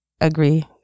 agree